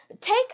take